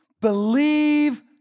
Believe